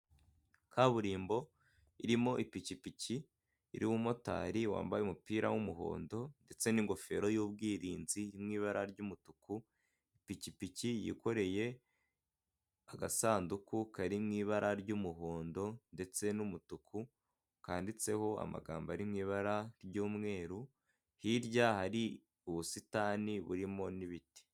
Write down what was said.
Kaburimbo irimo ipikipiki iriho umumotari wambaye umupira w'umuhondo ndetse n'ingofero y'ubwirinzi iri mu ibara ry'umutuku, ipikipiki yikoreye agasanduku kari mu ibara ry'umuhondo ndetse n'umutuku, kanditseho amagambo ari mu ibara ry'umweru hirya hari ubusitani burimo n'ibiti.